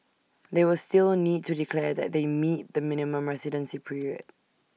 they will still need to declare that they meet the minimum residency period